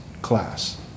class